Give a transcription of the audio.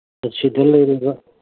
ꯑꯁꯤꯗ ꯂꯩꯔꯤꯕ